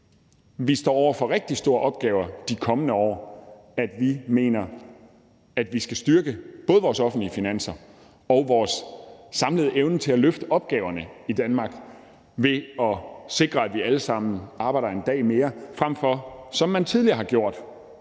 vi står over for rigtig store opgaver de kommende år, at vi mener, at vi skal styrke både vores offentlige finanser og vores samlede evne til at løfte opgaverne i Danmark ved at sikre, at vi alle sammen arbejder en dag mere, frem for, som man tidligere har gjort,